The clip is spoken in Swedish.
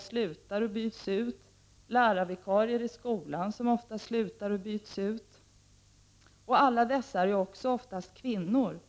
slutar ofta och byts ut, liksom lärarvikarier i skolan. Alla dessa personer är för det mesta också kvinnor.